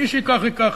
מי שייקח, ייקח,